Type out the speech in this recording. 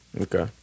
Okay